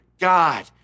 God